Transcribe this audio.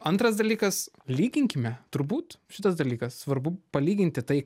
antras dalykas lyginkime turbūt šitas dalykas svarbu palyginti tai